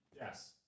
Yes